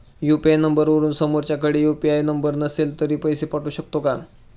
UPI नंबरवरून समोरच्याकडे UPI number नसेल तरी पैसे पाठवू शकते का?